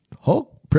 Hulk